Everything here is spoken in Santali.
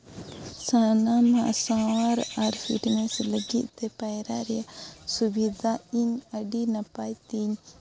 ᱥᱟᱱᱟᱢᱟᱜ ᱥᱟᱶᱟᱨ ᱟᱨ ᱯᱷᱤᱴᱱᱮᱥ ᱞᱟᱹᱜᱤᱫ ᱛᱮ ᱯᱟᱭᱨᱟᱜ ᱨᱮᱭᱟᱜ ᱥᱩᱵᱤᱫᱷᱟ ᱤᱧ ᱟᱹᱰᱤ ᱱᱟᱯᱟᱭ ᱛᱤᱧ